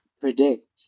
predict